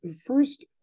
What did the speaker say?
first